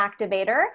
activator